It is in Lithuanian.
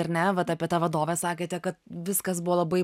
ar ne vat apie tą vadovę sakėte kad viskas buvo labai